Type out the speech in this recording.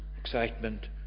excitement